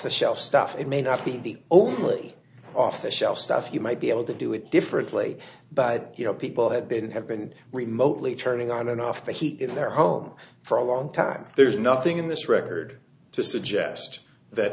the shelf stuff it may not be the only off the shelf stuff you might be able to do it differently but you know people have been have been remotely turning on and off the heat in their home for a long time there's nothing in this record